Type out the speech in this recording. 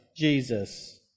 Jesus